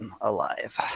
alive